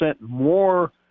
more